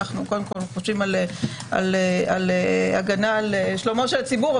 אנחנו קודם כול חושבים על הגנה על שלומו של הציבור.